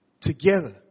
together